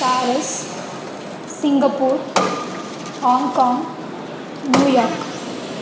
Paris Singapore Hong Kong New York